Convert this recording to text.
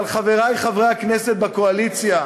אבל, חברי חברי הכנסת בקואליציה,